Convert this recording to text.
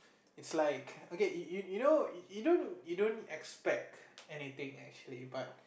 is like okay you you you know you don't you don't expect anything actually but